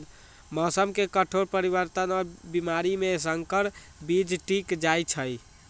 मौसम के कठोर परिवर्तन और बीमारी में संकर बीज टिक जाई छई